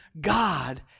God